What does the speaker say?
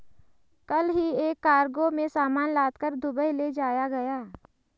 कल ही एक कार्गो में सामान लादकर दुबई ले जाया गया